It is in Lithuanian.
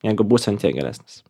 jeigu būsi ant tiek geresnis